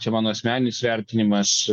čia mano asmeninis vertinimas